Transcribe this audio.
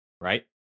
right